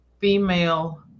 female